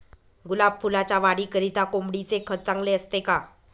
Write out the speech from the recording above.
गुलाब फुलाच्या वाढीकरिता कोंबडीचे खत चांगले असते का?